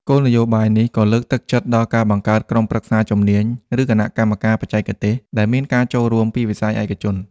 គោលនយោបាយនេះក៏លើកទឹកចិត្តដល់ការបង្កើតក្រុមប្រឹក្សាជំនាញ ឬគណៈកម្មការបច្ចេកទេស ដែលមានការចូលរួមពីវិស័យឯកជន។